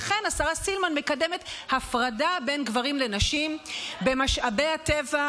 לכן השרה סילמן מקדמת הפרדה בין גברים לנשים במשאבי הטבע,